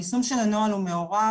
היישום של הנוהל הוא מעורב,